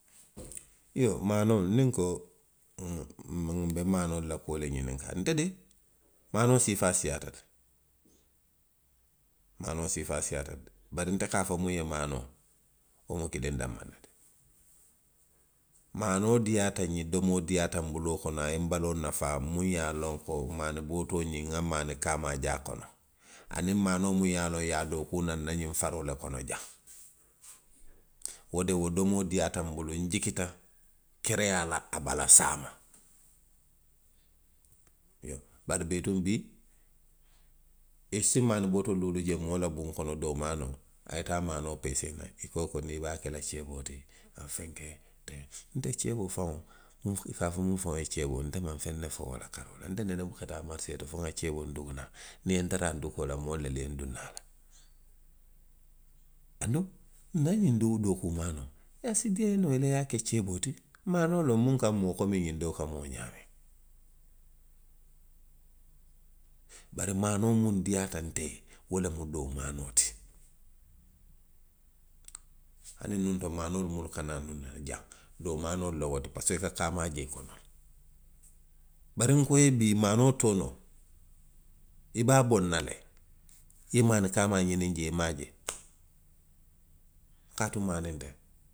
Iyoo, maanoo, niŋ nko, uŋ, nbe maanoolu la kuo le ňininkaa la, nte de. maanoo siifaa siiyaata le. maanoo siifaa siiyaata. Bari nte ka a fo muŋ ye maanoo, wo mu kiliŋ danmaŋ ne ti. Maanoo diiyaata nňe, domoo diiyaata nbuloo kono, a ye nbaloo nafaa. muŋ ye a loŋ ko. maani bootoo ňiŋ nŋa maani kaamaa je a kono. aniŋ maanoo muŋ ye a loŋ, i ye a dookuu naŋ nna ňiŋ faroo le kono jaŋ. Wo de, wo domoo diiyaata nbulu, njikita kereyaa la a bala. saama iyoo bari bituŋ. bii. i si maani bootoo doolu je moo la buŋo kono. doo maanoo, a ye taa maanoo peesee naŋ, i ko. i ko niŋ. i be a ke la ceeboo ti, a ka fenke teŋ. a ka fenke tew. Nte ceeboo faŋo. uŋ, i ka a fo muŋ faŋo ye ceeboo, nte maŋ feŋ ne fo wo la karoo la. Nte nene buka taa marisee to fo nŋa ceeboo ndugu naŋ. Niŋ i ye ntara a ndugoo la, moolu lelu ye nduŋ naŋ a la. Anduŋ, nna ňiŋ doo dookuu maanoo. a si diiyaa noo i ye le i ye a ka ceeboo ti. maanoo loŋ muŋ ka moo, komi ňiŋ doo ka moo ňaamiŋ. Bari maanoo muŋ diiyaata nte ye. wo lemu doo maanoo ti. Hani nuŋ to, maanoolu munnu ka naa jaŋ, doo maanoolu loŋ wolu ti parisiko i ka kaamaa je i kono le. Bari nko ye bii, maanoo toonoo, i be a boŋ na le. i ye maani kaamaa ňiniŋ jee i maŋ a je. Kaatu maani nteŋ.